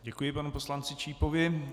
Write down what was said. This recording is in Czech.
Děkuji panu poslanci Čípovi.